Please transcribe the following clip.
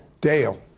Dale